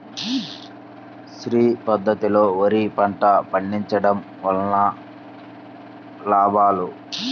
శ్రీ పద్ధతిలో వరి పంట పండించడం వలన లాభాలు?